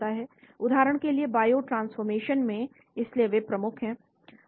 उदाहरण के लिए बायोट्रांसफॉर्म में इसलिए वे प्रमुख हैं